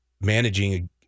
managing –